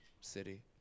city